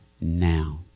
now